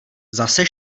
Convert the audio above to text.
zase